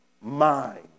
mind